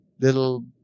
little